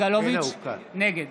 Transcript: נגד